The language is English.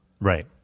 right